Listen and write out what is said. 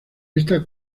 esta